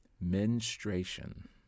menstruation